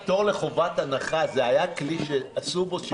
הפטור מחובת הנחה היה כלי שעשו בו שימוש במשורה.